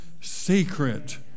secret